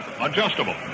Adjustable